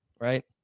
right